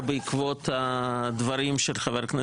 גם לחברי